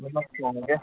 ꯂꯣꯏꯃꯛ ꯊꯣꯡꯉꯒꯦ